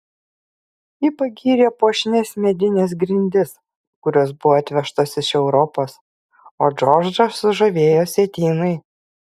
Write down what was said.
ji pagyrė puošnias medines grindis kurios buvo atvežtos iš europos o džordžą sužavėjo sietynai